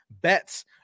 Bets